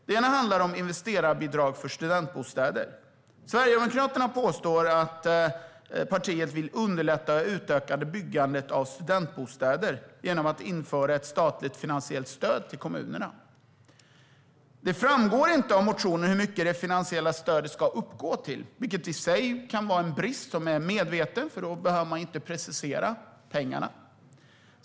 Det handlar om investerarbidrag för studentbostäder. Sverigedemokraterna påstår att partiet vill underlätta utökat byggande av studentbostäder genom att införa ett statligt finansiellt stöd till kommunerna. Det framgår inte av motionen hur mycket det finansiella stödet ska uppgå till, vilket i och för sig kan vara en medveten brist, för då behöver man inte precisera pengarna.